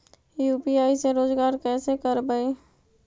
UPI से रोजगार कैसे करबय?